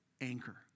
anchor